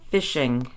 Fishing